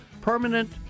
permanent